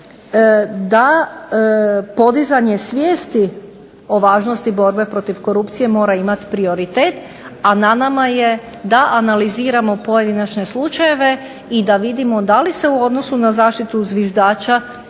da podizanje svijesti o važnosti borbe protiv korupcije mora imati prioritet, a na nama je da analiziramo pojedinačne slučajeve i da vidimo da li se u odnosu na zaštitu zviždača